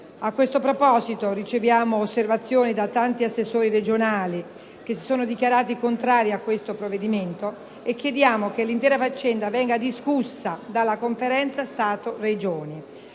A questo proposito, riceviamo osservazioni da tanti assessori regionali che si sono dichiarati contrari a questo provvedimento e chiediamo che l'intera questione venga discussa dalla Conferenza Stato-Regioni.